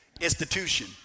institution